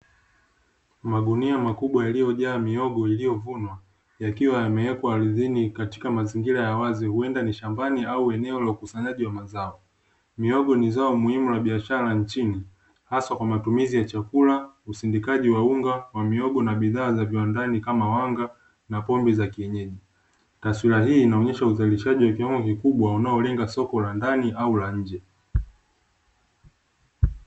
Magunia makubwa yaliyojaa mihogo iliyovunwa, yakiwa yamewekwa ardhini katika mazingira ya wazi, huenda ni shambani au eneo la ukusanyaji wa mazao. Mihogo ni zao muhimu la biashara nchini hasa kwa matumizi ya chakula, usindikaji wa unga wa mihogo na bidhaa za viwandani kama wanga na pombe za kienyeji. Taswira hii inaonyesha uzalishaji wa kiwango kikubwa unaolenga soko la ndani au la nje.